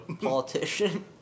politician